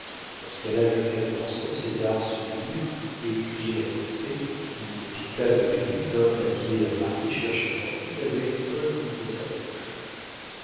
lorsqu'à l'âge de quatorze ans césar sut lire écrire et compter il quitta le pays vint à pied à paris chercher fortune avec un louis dans sa poche